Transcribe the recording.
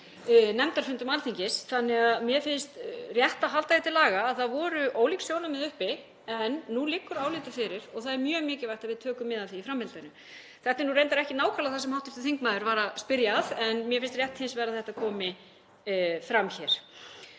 nefndarfundum Alþingis, þannig að mér finnst rétt að halda því til haga að það voru ólík sjónarmið uppi. Nú liggur álitið fyrir og það er mjög mikilvægt að við tökum mið af því í framhaldinu. Þetta er reyndar ekki nákvæmlega það sem hv. þingmaður var að spyrja að, en mér finnst rétt hins vegar að þetta komi fram hér.